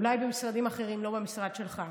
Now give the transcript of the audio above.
אולי במשרדים אחרים, לא במשרד שלך.